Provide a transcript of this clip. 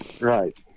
right